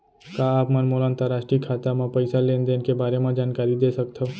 का आप मन मोला अंतरराष्ट्रीय खाता म पइसा लेन देन के बारे म जानकारी दे सकथव?